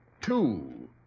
Two